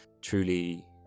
truly